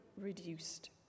reduced